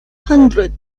hundred